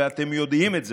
ואתם יודעים את זה,